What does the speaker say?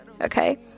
okay